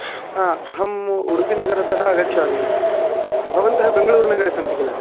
हा अहम् उडुपिनगरतः आगच्छामि भवन्तः बेङ्गलूर्नगरे सन्ति किल